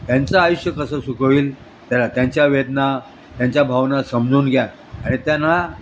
त्यांचं आयुष्य कसं सुखी होईल त्याला त्यांच्या वेदना त्यांच्या भावना समजून घ्या आणि त्यांना